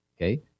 Okay